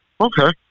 Okay